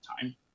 time